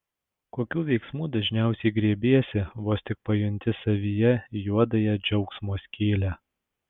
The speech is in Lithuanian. kokių veiksmų dažniausiai griebiesi vos tik pajunti savyje juodąją džiaugsmo skylę